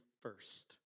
first